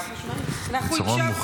אנחנו הקשבנו.